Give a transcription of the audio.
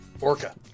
orca